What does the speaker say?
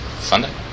Sunday